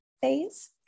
phase